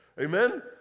Amen